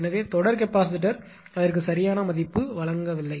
எனவே தொடர் கெபாசிட்டர் அதற்கு சரியான மதிப்பு வழங்கவில்லை